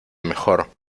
mejor